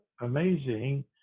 amazing